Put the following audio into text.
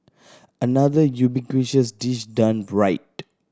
another ubiquitous dish done right